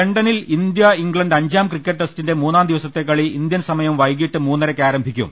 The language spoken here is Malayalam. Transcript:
ലണ്ടനിൽ ഇന്ത്യ ഇംഗ്ലണ്ട് അഞ്ചാം ക്രിക്കറ്റ് ടെസ്റ്റിന്റെ മൂന്നാം ദിവസത്തെ കളി ഇന്ത്യൻസമയം വൈകീട്ട് മൂന്നരയ്ക്ക് ആരംഭിക്കും